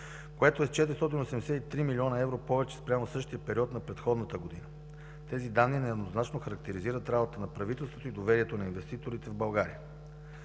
което е 483 млн. евро повече, спрямо същия период на предходната година. Тези данни нееднозначно характеризират работата на правителството и доверието на инвеститорите в България.